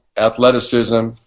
Athleticism